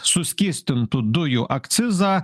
suskystintų dujų akcizą